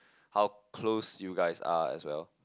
how close you guys are as well